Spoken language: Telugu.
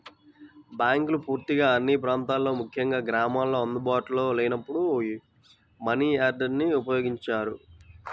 బ్యాంకులు పూర్తిగా అన్ని ప్రాంతాల్లో ముఖ్యంగా గ్రామాల్లో అందుబాటులో లేనప్పుడు మనియార్డర్ని ఉపయోగించారు